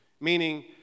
meaning